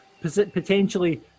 potentially